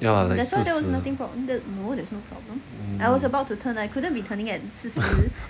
ya 四十